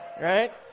Right